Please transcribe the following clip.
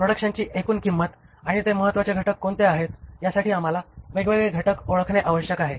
प्रॉडक्शनची एकूण किंमत आणि ते महत्वाचे घटक कोणते आहेत यासाठी आम्हाला वेगवेगळे घटक ओळखणे आवश्यक आहे